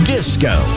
Disco